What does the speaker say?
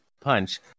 punch